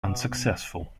unsuccessful